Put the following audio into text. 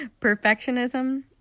Perfectionism